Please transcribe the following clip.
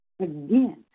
Again